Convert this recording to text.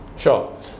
sure